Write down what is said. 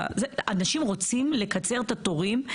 אנשים רוצים לקצר את התורים.